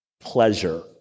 pleasure